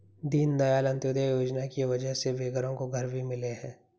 दीनदयाल अंत्योदय योजना की वजह से बेघरों को घर भी मिले हैं